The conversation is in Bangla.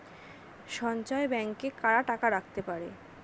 সঞ্চয় ব্যাংকে কারা টাকা রাখতে পারে?